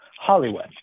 Hollywood